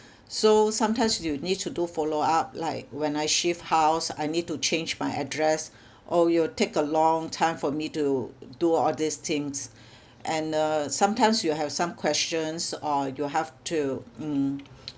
so sometimes you need to do follow up like when I shift house I need to change my address or you will take a long time for me to do all these things and uh sometimes you have some questions or you have to mm